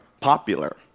popular